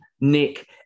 Nick